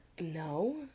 No